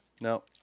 No